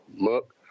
look